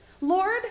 Lord